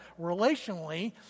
relationally